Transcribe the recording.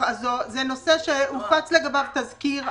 זה נושא שהופץ לגביו תזכיר,